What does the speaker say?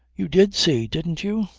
you did see! didn't you?